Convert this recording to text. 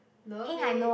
love it